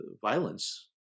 violence